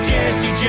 Jesse